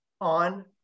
on